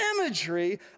imagery